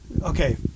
Okay